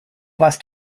warst